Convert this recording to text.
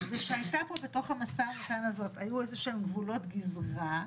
ושהיתה פה בתוך המשא ומתן הזה איזה שהם גבולות גזרה.